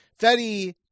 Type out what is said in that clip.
Fetty